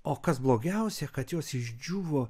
o kas blogiausia kad jos išdžiūvo